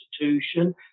institution